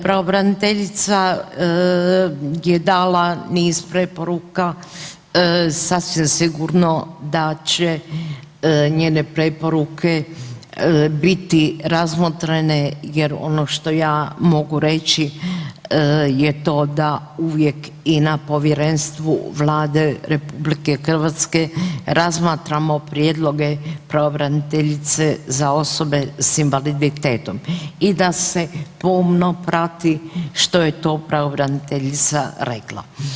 Pravobraniteljica je dala niz preporuka sasvim sigurno da će njene preporuke biti razmotrene jer ono što ja mogu reći je to da uvijek i na povjerenstvu Vlade RH razmatramo prijedloge pravobraniteljice za osobe s invaliditetom i da se pomno prati što je to pravobraniteljica rekla.